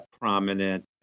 prominent